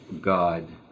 God